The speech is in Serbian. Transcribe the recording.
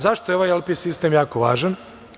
Zašto je ovaj „Elpis“ sistem jako važan?